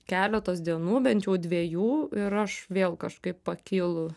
keletos dienų bent jau dvejų ir aš vėl kažkaip pakylu